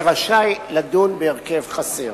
יהא רשאי לדון בהרכב חסר.